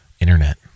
internet